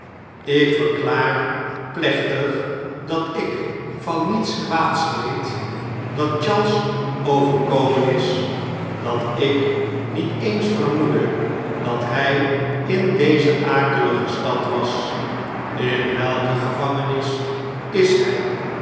ik verklaar plechtig dat ik van niets kwaads weet dat charles overkomen is dat ik niet eens vermoedde dat hn in deze akelige stad was in welke gevangenis is luj